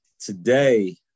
Today